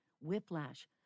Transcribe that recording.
whiplash